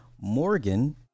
Morgan